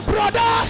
Brother